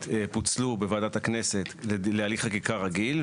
פוצלו בוועדת הכנסת להליך חקיקה רגיל,